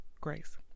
grace